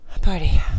Party